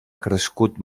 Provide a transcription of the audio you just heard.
crescut